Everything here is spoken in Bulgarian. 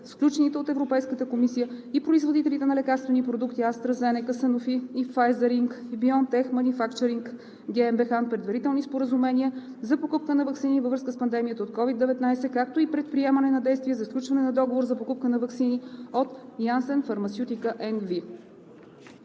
сключените от Европейската комисия и производителите на лекарствени продукти AstraZeneca, Sanofi и Pfizer Inc. и BioNTech Manufacturing GmbHand предварителни споразумения за покупка на ваксини във връзка с пандемията от COVID-19, както и предприемане на действия за сключване на договор за покупка на ваксини от Janssen Pharmaceutica NV.“